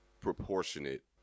proportionate